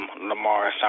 Lamar